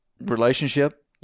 relationship